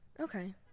Okay